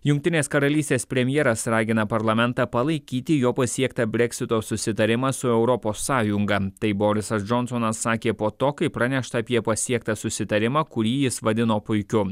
jungtinės karalystės premjeras ragina parlamentą palaikyti jo pasiektą breksito susitarimą su europos sąjunga tai borisas džonsonas sakė po to kai pranešta apie pasiektą susitarimą kurį jis vadino puikiu